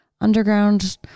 underground